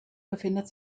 befindet